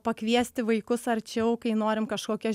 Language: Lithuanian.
pakviesti vaikus arčiau kai norim kažkokią